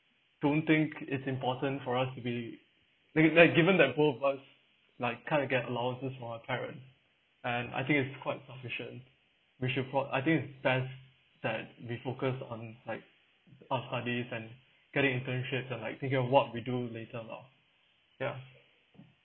don't think it's important for us to be we can get given that both of us like kind of get allowances from our parent and I think it's quite sufficient we should pro~ I think it's best that we focus on like our studies and getting internships that like thinking of what we doing later lar ya